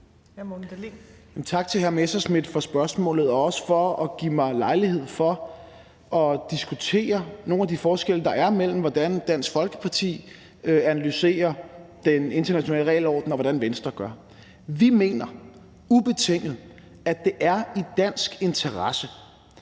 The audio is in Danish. Tak til hr. Morten Messerschmidt for spørgsmålet og også for at give mig lejlighed til at diskutere nogle af de forskelle, der er, mellem, hvordan Dansk Folkeparti analyserer den internationale regelorden, og hvordan Venstre gør det. Vi mener ubetinget, at det er i dansk interesse,